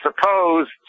suppose